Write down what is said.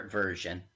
version